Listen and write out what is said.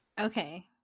okay